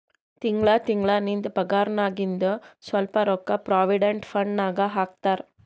ತಿಂಗಳಾ ತಿಂಗಳಾ ನಿಂದ್ ಪಗಾರ್ನಾಗಿಂದ್ ಸ್ವಲ್ಪ ರೊಕ್ಕಾ ಪ್ರೊವಿಡೆಂಟ್ ಫಂಡ್ ನಾಗ್ ಹಾಕ್ತಾರ್